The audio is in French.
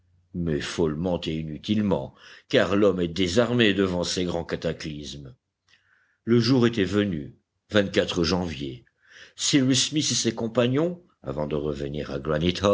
mais follement et inutilement car l'homme est désarmé devant ces grands cataclysmes le jour était venu janvier cyrus smith et ses compagnons avant de revenir à